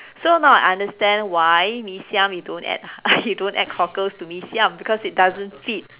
so now I understand why mee siam you don't add you don't add cockles to mee siam because it doesn't fit